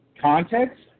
Context